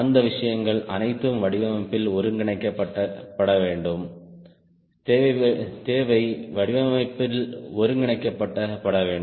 அந்த விஷயங்கள் அனைத்தும் வடிவமைப்பில் ஒருங்கிணைக்கப்பட வேண்டும் தேவை வடிவமைப்பில் ஒருங்கிணைக்கப்பட வேண்டும்